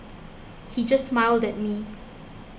he just smiled that me